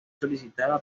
solicitada